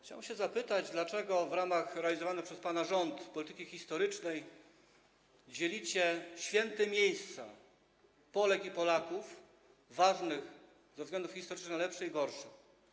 Chciałem zapytać, dlaczego w ramach realizowanej przez pana rząd polityki historycznej dzielicie święte miejsca dla Polek i Polaków, ważne ze względów historycznych, na lepsze i gorsze.